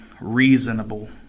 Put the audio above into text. reasonable